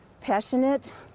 passionate